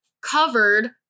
covered